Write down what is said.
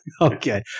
Okay